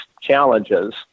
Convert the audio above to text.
challenges